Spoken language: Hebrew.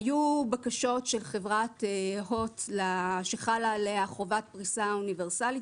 היו בקשות של חברת הוט שחלה עליה חובת פריסה אוניברסלית,